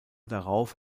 darauf